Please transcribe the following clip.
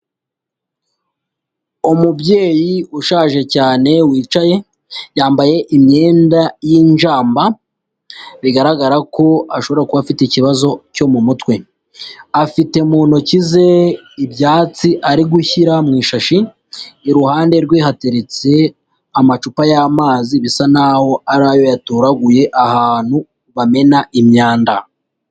Umubyeyi ushaje cyane wicaye, yambaye imyenda y'injamba, bigaragara ko ashobora kuba afite ikibazo cyo mu mutwe, afite mu ntoki ze ibyatsi ari gushyira mu ishashi, iruhande rwe hateretse amacupa y'amazi bisa n'aho ari ayo yatoraguye ahantu bamena imyanda.